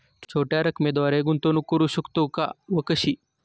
छोट्या रकमेद्वारे गुंतवणूक करू शकतो का व कशी?